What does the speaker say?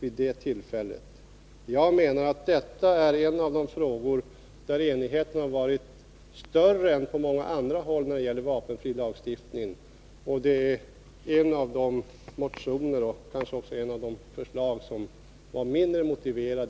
I fråga om vapenfrilagstiftningen har enigheten varit större än på många andra håll. Jag anser därför att denna motion är mindre motiverad.